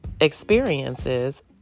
experiences